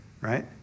right